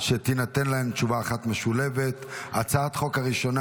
שתינתן להן תשובה אחת משולבת: הצעת החוק הראשונה